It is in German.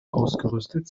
ausgerüstet